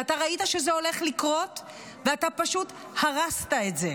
ואתה ראית שזה הולך לקרות ואתה פשוט הרסת את זה.